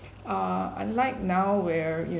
uh unlike now where you